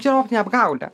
čia optinė apgaulė